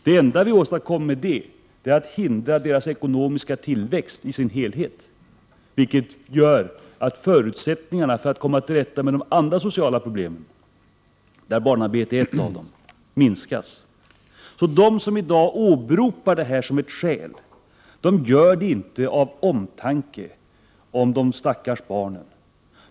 Det enda vi åstadkommer med det är att vi hindrar de här u-ländernas ekonomiska tillväxt i dess helhet. Detta gör att förutsättningarna att komma till rätta med andra sociala problem minskar — barnarbetet är ju bara ert socialt problem. De som i dag åberopar barnarbetet som ett skäl för att begränsa denna import gör det inte av omtanke om de stackars barnen.